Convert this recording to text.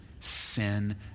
sin